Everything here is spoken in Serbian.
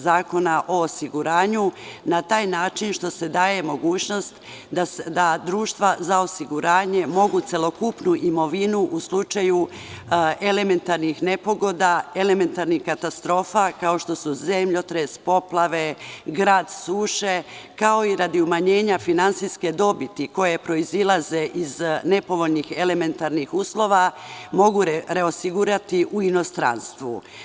Zakona o osiguranju na taj način što se daje mogućnost da društva za osiguranje mogu celokupnu imovinu u slučaju elementarnih nepogoda, elementarnih katastrofa, kao što su zemljotres, poplave, grad, suše, kao i radi umanjenja finansijske dobiti koje proizilaze iz nepovoljnih elementarnih uslova, mogu reosigurati u inostranstvu.